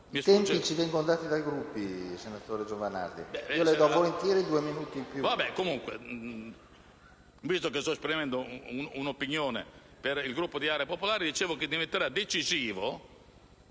I tempi ci vengono dati dai Gruppi, senatore Giovanardi. Le do volentieri due minuti in più. GIOVANARDI *(AP (NCD-UDC))*. Visto che sto esprimendo un'opinione per il Gruppo di Area Popolare, dicevo che diventerà decisivo